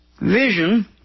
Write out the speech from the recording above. Vision